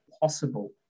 possible